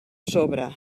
sobre